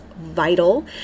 vital